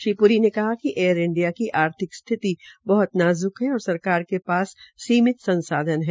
श्री प्री ने कहा कि एयर इंडिया की आर्थिक स्थिति बहत नाजुक है और सरकार के पास सीमित संसाधन है